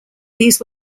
these